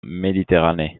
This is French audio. méditerranée